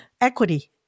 equity